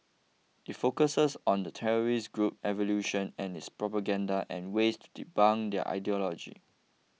it focuses on the terrorist group's evolution and its propaganda and ways to debunk their ideology